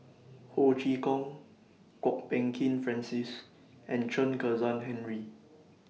Ho Chee Kong Kwok Peng Kin Francis and Chen Kezhan Henri